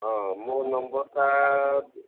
ହଁ ମୋ ନମ୍ବରଟା